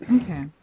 Okay